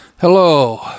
Hello